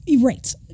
Right